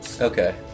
Okay